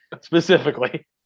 Specifically